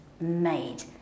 made